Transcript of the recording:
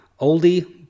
oldie